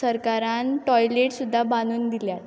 सरकारान टॉयलेट सुद्दां बांदून दिल्यात